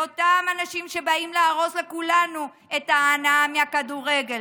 באותם אנשים שבאים להרוס לכולנו את ההנאה מהכדורגל.